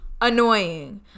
annoying